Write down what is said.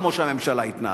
כמו שהממשלה התנהלה.